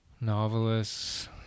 novelists